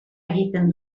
egiten